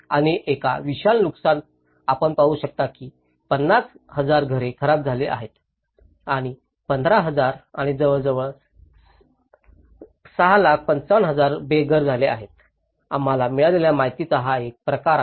आणि एक विशाल नुकसान आपण पाहू शकता की 50000 घरे खराब झाली आहेत आणि 15000 आणि जवळजवळ 655000 बेघर झाले आहेत आम्हाला मिळालेल्या माहितीचा हा प्रकार आहे